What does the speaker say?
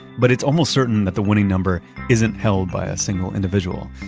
but it's almost certain that the winning number isn't held by a single individual.